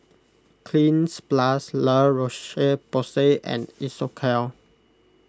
Cleanz Plus La Roche Porsay and Isocal